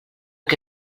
que